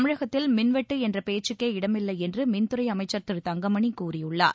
தமிழகத்தில் மின்வெட்டு என்ற பேச்சுக்கே இடமில்லை என்று மின்துறை அமைச்சர் திரு தங்கமணி கூறியுள்ளார்